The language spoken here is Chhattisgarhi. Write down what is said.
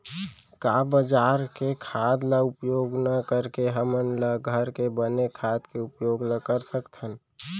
का बजार के खाद ला उपयोग न करके हमन ल घर के बने खाद के उपयोग ल कर सकथन?